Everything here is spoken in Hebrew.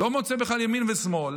לא מוצא בכלל ימין ושמאל.